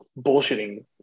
bullshitting